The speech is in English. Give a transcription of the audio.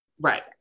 Right